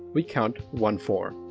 we count one four.